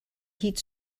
heat